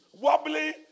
wobbly